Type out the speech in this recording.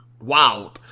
wow